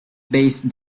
based